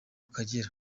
akagera